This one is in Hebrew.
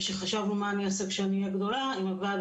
וכשחשבנו מה אני אעשה כשאני אהיה גדולה עם הוועד